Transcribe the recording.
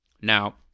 Now